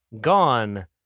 Gone